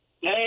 Hey